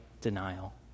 denial